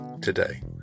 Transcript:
today